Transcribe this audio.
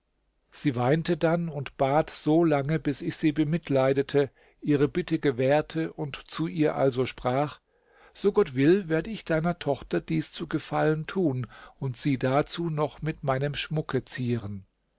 sie weinte dann und bat so lange bis ich sie bemitleidete ihre bitte gewährte und zu ihr also sprach so gott will werde ich deiner tochter dies zu gefallen tun und sie dazu noch mit meinem schmucke zieren